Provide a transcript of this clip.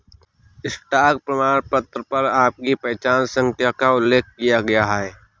stock प्रमाणपत्र पर आपकी पहचान संख्या का उल्लेख किया गया है